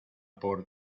por